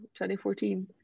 2014